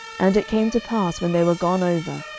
and it came to pass, when they were gone over,